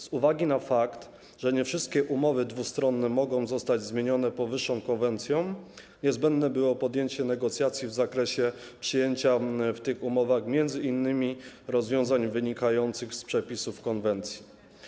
Z uwagi na fakt, że nie wszystkie umowy dwustronne mogą zostać zmienione powyższą konwencją, niezbędne było podjęcie negocjacji w zakresie przyjęcia w tych umowach m.in. rozwiązań wynikających z przepisów konwencji.